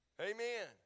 Amen